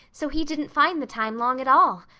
so he didn't find the time long at all.